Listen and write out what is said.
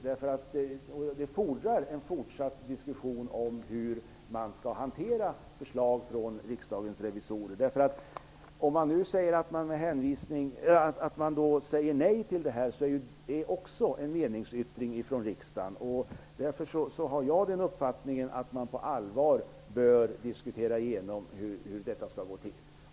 Det fordrar en fortsatt diskussion om hur man skall hantera förslag från Riksdagens revisorer. Om man nu säger nej till det här är ju det också en meningsyttring från riksdagen. Därför har jag uppfattningen att man bör på allvar diskutera igenom hur detta skall gå till.